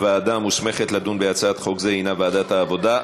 הוועדה המוסמכת לדון בהצעת חוק זו הנה ועדת העבודה,